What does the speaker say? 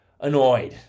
annoyed